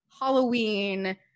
Halloween